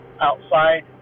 outside